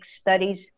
studies